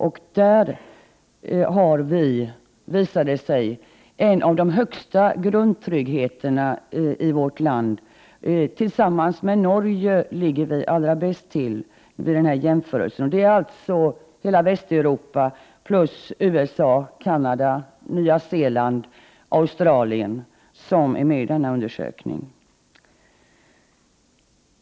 Undersökningen visar att Sverige är ett av de länder som ger den bästa grundtryggheten. Tillsammans med Norge ligger vi allra bäst till vid denna jämförelse. Hela Västeuropa plus USA, Canada, Nya Zeeland och Australien ingår i denna undersökning.